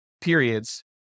periods